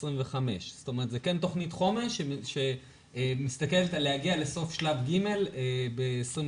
זאת אומרת זה כן תוכנית חומש שמסתכלת על להגיע לסוף שלב ג' ב-2025.